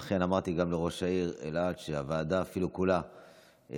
אכן, אמרתי גם לראש העיר אילת שהוועדה כולה תגיע.